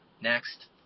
Next